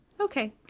Okay